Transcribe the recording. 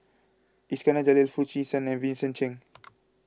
Iskandar Jalil Foo Chee San and Vincent Cheng